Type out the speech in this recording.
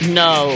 no